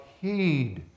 heed